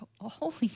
holy